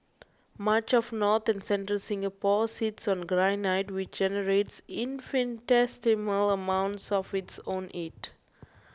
much of north and central Singapore sits on granite which generates infinitesimal amounts of its own heat